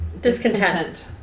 Discontent